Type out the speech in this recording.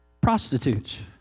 prostitutes